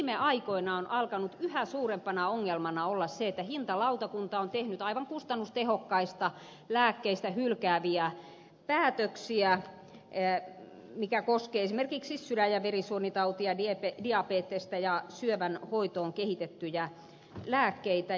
viime aikoina on alkanut yhä suurempana ongelmana olla se että hintalautakunta on tehnyt aivan kustannustehokkaista lääkkeistä hylkääviä päätöksiä mikä koskee esimerkiksi sydän ja verisuonitautia diabetesta ja syövän hoitoon kehitettyjä lääkkeitä